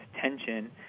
tension